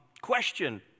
question